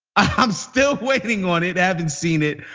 i'm still waiting on it. i haven't seen it.